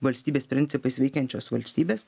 valstybės principais veikiančios valstybės